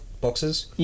boxes